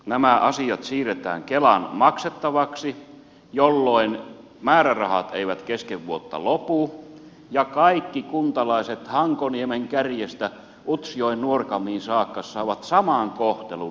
nämä asiat siirretään kelan maksettavaksi jolloin määrärahat eivät kesken vuotta lopu ja kaikki kuntalaiset hankoniemen kärjestä utsjoen nuorgamiin saakka saavat saman kohtelun näissä asioissa